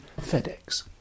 FedEx